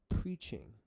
preaching